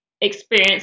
experience